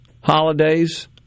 holidays